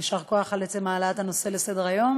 יישר כוח על עצם העלאת הנושא לסדר-היום.